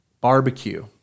Barbecue